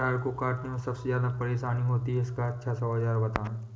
अरहर को काटने में सबसे ज्यादा परेशानी होती है इसका अच्छा सा औजार बताएं?